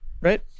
right